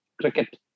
cricket